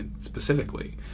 specifically